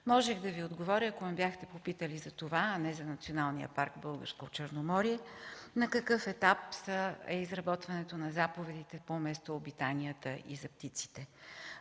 Можех да Ви отговоря, ако ме бяхте попитали за това, а не за Национален парк „Българско Черноморие”, на какъв етап е изработването на заповедите по местообитанията и за птиците.